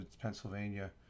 Pennsylvania